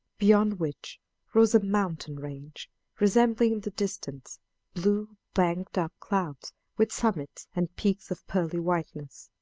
beyond which rose a mountain range resembling in the distance blue banked-up clouds with summits and peaks of pearly whiteness.